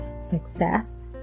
success